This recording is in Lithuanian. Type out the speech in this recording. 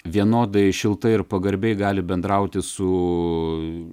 vienodai šiltai ir pagarbiai gali bendrauti su